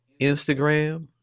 Instagram